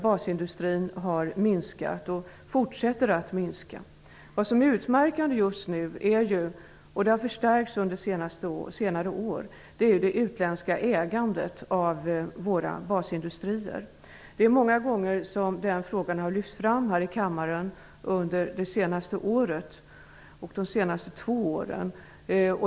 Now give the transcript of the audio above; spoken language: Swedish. Basindustrierna har minskat och fortsätter att minska sin verksamhet. Vad som just nu är utmärkande är det utländska ägandet av våra basindustrier, vilket har förstärkts under senare år. Den frågan har många gånger under de senaste två åren lyfts fram här i kammaren.